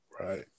Right